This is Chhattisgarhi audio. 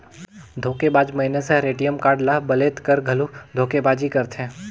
धोखेबाज मइनसे हर ए.टी.एम कारड ल बलेद कर घलो धोखेबाजी करथे